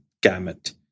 gamut